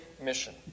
mission